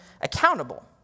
accountable